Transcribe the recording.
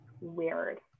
weird